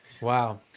wow